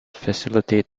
facilitate